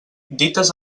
dites